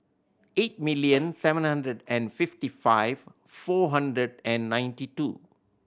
eight million seven hundred and fifty five four hundred and ninety two